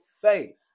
faith